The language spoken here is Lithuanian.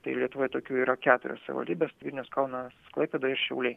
tai lietuvoje tokių yra keturios savivaldybės vilnius kaunas klaipėda ir šiauliai